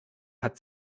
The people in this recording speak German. hat